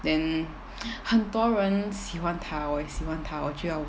then 很多人喜欢他我也喜欢他我就要